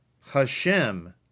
Hashem